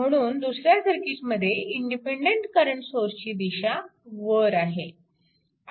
म्हणून दुसऱ्या सर्किटमध्ये इंडिपेन्डन्ट करंट सोर्सची दिशा वर आहे